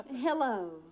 Hello